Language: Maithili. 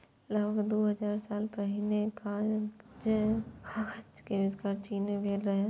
लगभग दू हजार साल पहिने कागज के आविष्कार चीन मे भेल रहै